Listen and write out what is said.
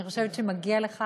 אני חושבת שמגיע לך